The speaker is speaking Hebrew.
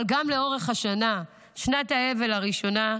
אבל גם לאורך השנה, שנת האבל הראשונה,